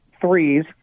threes